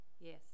Yes